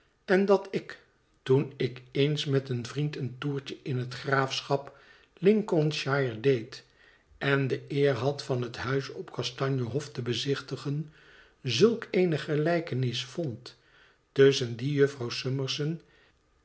en dat ik toen ik eens met een vriend een toertje in het graafschap lincolnshire dééd en de eer had van het huis op kastanje hof te bezichtigen zulk eene gelijkenis vond tusschen die jufvrouw summerson